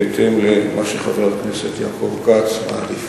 בהתאם למה שחבר הכנסת יעקב כץ מעדיף.